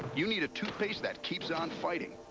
you need a toothpaste that keeps on fighting.